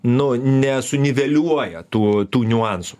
nu nesuniveliuoja tų tų niuansų